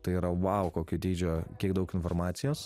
tai yra vau kokio dydžio kiek daug informacijos